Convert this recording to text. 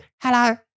Hello